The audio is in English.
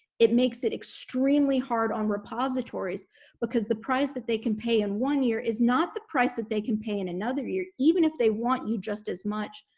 it makes it extremely hard on repositories because the price that they can pay in one year is not the price that they can pay in another year. even if they want you just as much.